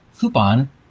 coupon